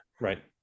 right